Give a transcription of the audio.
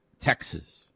Texas